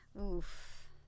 oof